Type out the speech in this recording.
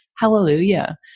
Hallelujah